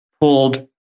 pulled